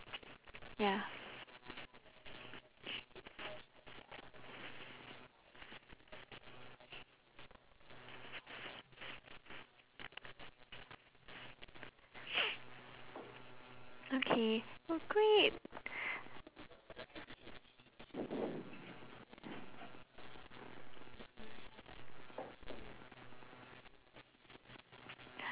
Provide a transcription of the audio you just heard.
okay oh great